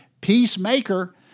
Peacemaker